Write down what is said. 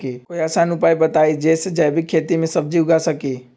कोई आसान उपाय बताइ जे से जैविक खेती में सब्जी उगा सकीं?